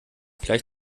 gleich